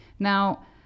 Now